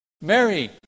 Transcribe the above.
Mary